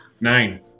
Nine